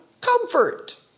comfort